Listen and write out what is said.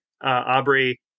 Aubrey